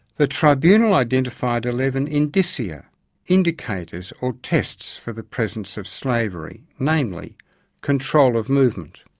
the tribunal identified eleven indicia indicators or tests for the presence of slavery, namely control of movement,